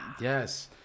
yes